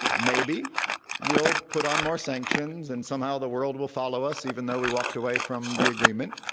maybe we'll put on more sanctions, and somehow the world will follow us, even though we walked away from the agreement.